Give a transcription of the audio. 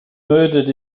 murdered